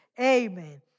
Amen